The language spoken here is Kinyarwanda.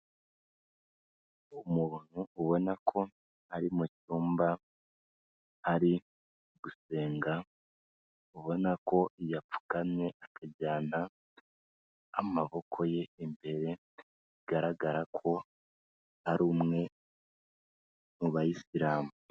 Umuntu ubona ko ari mu cyumba ari ugusenga, ubona ko yapfukamye akajyana amaboko ye imbere, bigaragara ko ari umwe mu bayisilamu.